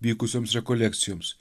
vykusioms rekolekcijoms